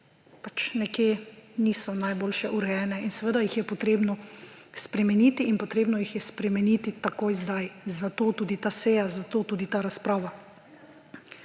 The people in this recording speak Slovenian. nekje niso najboljše urejene in seveda jih je potrebno spremeniti in potrebno jih je spremeniti takoj, zdaj, zato tudi ta seja, zato tudi ta razprava.